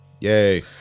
Yay